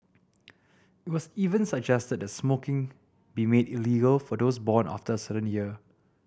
it was even suggested that smoking be made illegal for those born after a certain year